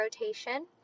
rotation